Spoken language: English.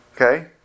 Okay